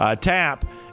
Tap